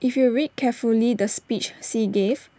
if you read carefully the speech Xi gave